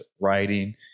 writing